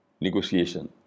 negotiation